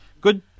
good